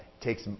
takes